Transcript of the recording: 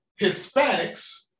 Hispanics